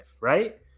right